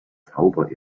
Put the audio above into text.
zauber